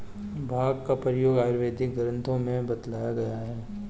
भाँग का प्रयोग आयुर्वेदिक ग्रन्थों में बतलाया गया है